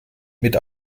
mit